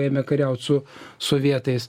ėmė kariaut su sovietais